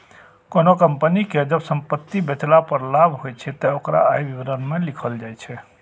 कोनों कंपनी कें जब संपत्ति बेचला पर लाभ होइ छै, ते ओकरा आय विवरण मे लिखल जाइ छै